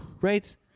Right